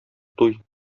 туй